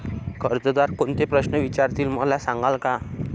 कर्जदार कोणते प्रश्न विचारतील, मला सांगाल का?